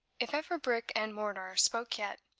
if ever brick and mortar spoke yet,